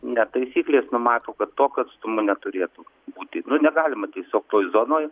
ne taisyklės numato kad tokio atstumo neturėtų būti nu negalima tiesiog toj zonoj